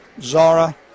Zara